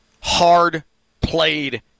hard-played